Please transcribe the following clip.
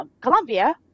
Colombia